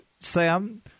Sam